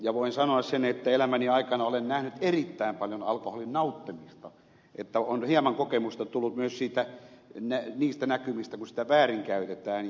ja voin sanoa sen että elämäni aikana olen nähnyt erittäin paljon alkoholin nauttimista että on hieman kokemusta tullut myös niistä näkymistä kun sitä väärinkäytetään ja juodaan lasten ruokarahat